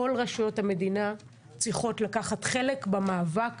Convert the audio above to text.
כל רשויות המדינה צריכות לקחת חלק במאבק